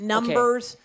Numbers